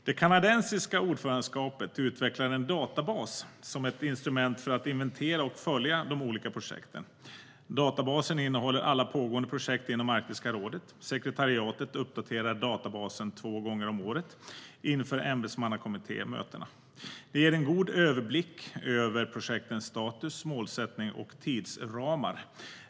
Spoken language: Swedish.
Det kanadensiska ordförandeskapet utvecklade en databas som ett instrument för att inventera och följa de olika projekten. Databasen innehåller alla pågående projekt inom Arktiska rådet, och sekretariatet uppdaterar den två gånger om året inför ämbetsmannakommittémötena. Den ger en god överblick över projektens status, målsättning och tidsramar.